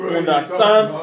understand